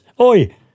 Oi